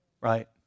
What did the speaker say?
right